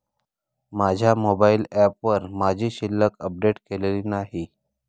माझ्या मोबाइल ऍपवर माझी शिल्लक अपडेट केलेली नाही